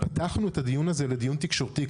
פתחנו את הדיון הזה לדיון תקשורתי,